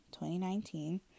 2019